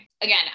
again